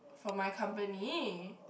for my company